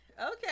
Okay